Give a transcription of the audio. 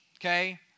okay